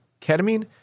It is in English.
ketamine